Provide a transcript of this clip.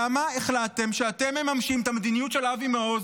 למה החלטתם שאתם מממשים את המדיניות של אבי מעוז